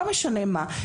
לא משנה מה,